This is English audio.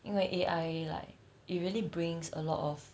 因为 A_I like it really brings a lot of